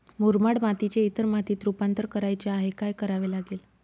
मुरमाड मातीचे इतर मातीत रुपांतर करायचे आहे, काय करावे लागेल?